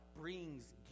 brings